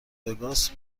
وگاس